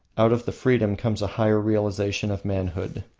out of the freedom comes a higher realisation of manhood.